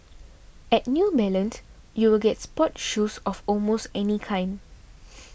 at New Balance you will get sports shoes of almost any kind